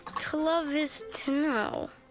to love is to know.